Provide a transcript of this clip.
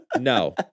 no